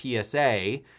PSA